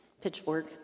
pitchfork